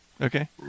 Okay